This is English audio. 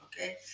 okay